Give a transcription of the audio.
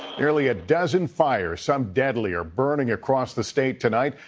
nearly a dozen fires, some deadly are burning across the state tonight.